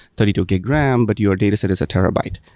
thirty two gig ram, but your dataset is a terabyte.